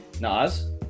Nas